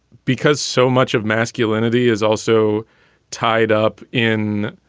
because so much of masculinity is also tied up in.